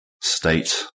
state